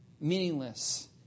meaningless